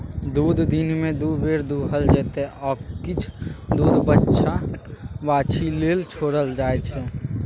दुध दिनमे दु बेर दुहल जेतै आ किछ दुध बछ्छा बाछी लेल छोरल जाइ छै